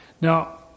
Now